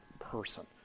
person